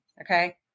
Okay